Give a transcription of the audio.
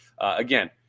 again